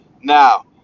Now